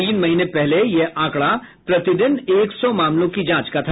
तीन महीने पहले यह आंकड़ा प्रतिदिन एक सौ मामलों की जांच का था